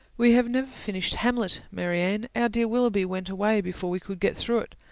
we have never finished hamlet, marianne our dear willoughby went away before we could get through it.